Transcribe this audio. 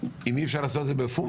אם אי אפשר לעשות את זה בפומבי,